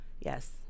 Yes